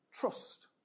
trust